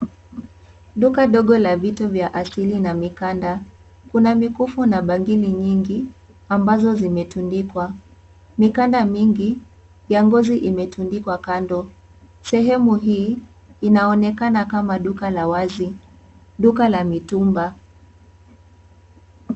Duka ndogo la vitu vya asili na mikanda. Kuna mikufu na bangili nyingi ambazo zimetundikwa. Mikanda mingi ya ngozi imetundikwa kando. Sehemu hii inaonekana kama duka la wazi, duka la mitumba.